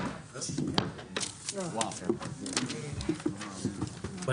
הישיבה ננעלה בשעה 16:03.